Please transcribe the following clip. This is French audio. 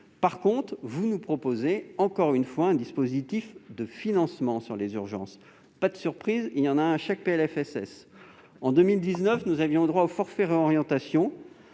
revanche, vous nous proposez encore une fois un dispositif de financement sur les urgences : pas de surprise, il y en a un à chaque PLFSS ! En 2019, nous avions eu droit au forfait de réorientation,